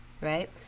right